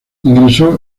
ingresó